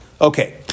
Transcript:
Okay